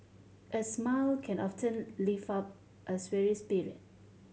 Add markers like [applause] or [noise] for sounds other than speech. a smile can often lift up a [unintelligible] weary spirit